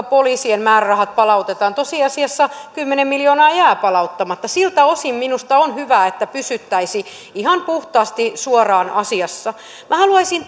poliisien määrärahat palautetaan tosiasiassa kymmenen miljoonaa jää palauttamatta siltä osin minusta olisi hyvä että pysyttäisiin ihan puhtaasti suoraan asiassa minä haluaisin